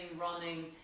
running